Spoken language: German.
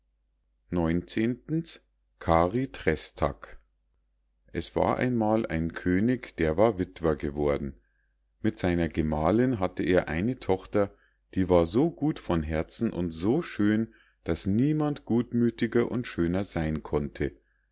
kari trästak es war einmal ein könig der war wittwer geworden mit seiner gemahlinn hatte er eine tochter die war so gut von herzen und so schön daß niemand gutmüthiger und schöner sein konnte